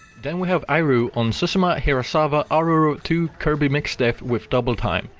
then we have aireu on susumu hirasawa aurora two, kirby mix diff with doubletime.